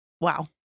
Wow